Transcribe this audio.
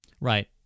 Right